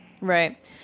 Right